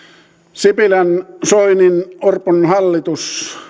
sipilän soinin orpon hallitus